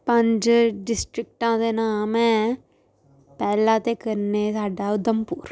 पंज डिस्ट्रिकटां दे नाम ऐं पैह्ला ते कन्नै साड्ढा उधमपुर